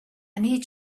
need